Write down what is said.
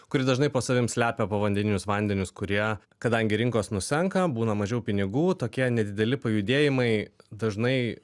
kuri dažnai po savim slepia povandeninius vandenius kurie kadangi rinkos nusenka būna mažiau pinigų tokie nedideli pajudėjimai dažnai